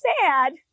sad